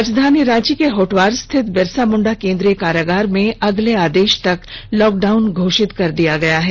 राजधानी रांची के होटवार स्थित बिरसा मुंडा केंद्रीय कारागार में अगले आदेश तक लॉकडाउन घोषित कर दिया गया है